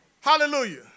Hallelujah